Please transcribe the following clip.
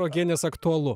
uogienės aktualu